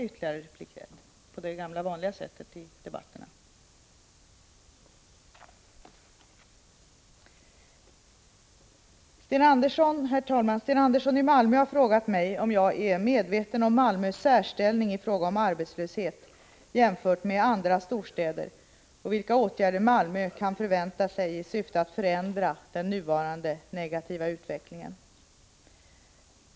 Sten Andersson i Malmö har frågat mig om jag är medveten om Malmös särställning i fråga om arbetslöshet jämfört med andra storstäder och vilka åtgärder Malmö kan förvänta sig i syfte att förändra den nuvarande negativa utvecklingen.